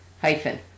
Hyphen